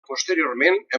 posteriorment